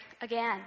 again